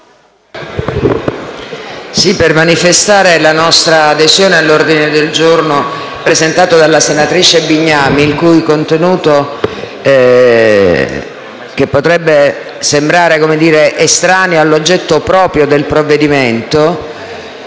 per manifestare l'adesione del mio Gruppo all'ordine del giorno presentato dalla senatrice Bignami, il cui contenuto, che potrebbe sembrare estraneo all'oggetto proprio del provvedimento,